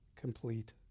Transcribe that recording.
complete